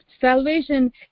salvation